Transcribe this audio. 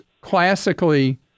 classically